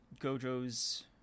Gojo's